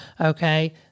okay